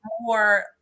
more